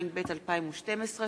התשע"ב 2012,